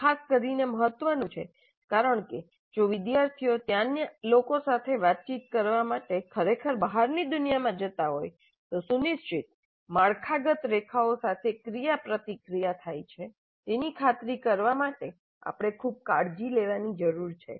તે ખાસ કરીને મહત્વનું છે કારણ કે જો વિદ્યાર્થીઓ ત્યાંની લોકો સાથે વાતચીત કરવા માટે ખરેખર બહારની દુનિયામાં જતા હોય તો સુનિશ્ચિત માળખાગત રેખાઓ સાથે ક્રિયાપ્રતિક્રિયા થાય છે તેની ખાતરી કરવા માટે આપણે ખૂબ કાળજી લેવાની જરૂર છે